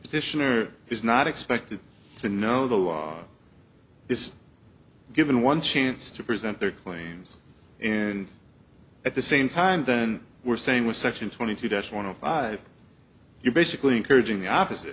petitioner is not expected to know the law is given one chance to present their claims and at the same time then we're saying with section twenty two that's one of five you're basically encouraging the opposite